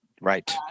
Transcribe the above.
Right